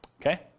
okay